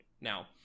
now